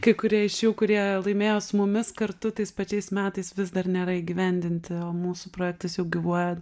kai kurie iš jų kurie laimėjo su mumis kartu tais pačiais metais vis dar nėra įgyvendinti o mūsų projektas jau gyvuoja